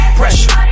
pressure